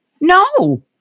no